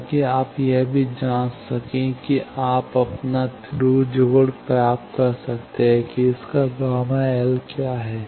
ताकि आप यह भी जांच सकें कि आप अपना थ्रू जोड़ प्राप्त कर सकते हैं कि इसका Γ L क्या है